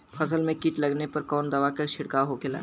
फसल में कीट लगने पर कौन दवा के छिड़काव होखेला?